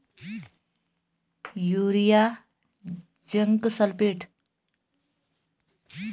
रासायनिक खाद में कौन कौन से पोषक तत्व होते हैं?